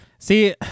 See